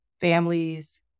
Families